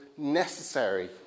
necessary